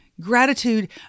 Gratitude